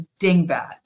dingbat